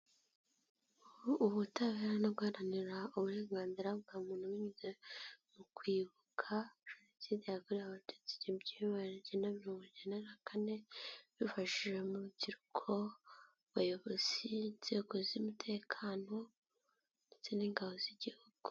Ubutabera no guharanira uburenganzira bwa muntu binyuze mu kwibuka jenoside yakorewe abatutsi igihumbi kimwe magana kenda mirongo kenda na kane, bifashije mu rubyiruko, bayobozi b'inzego z'umutekano ndetse n'ingabo z'igihugu.